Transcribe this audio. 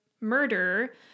murder